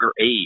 age